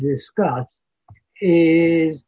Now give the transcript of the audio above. discuss is